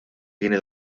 tiene